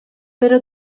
però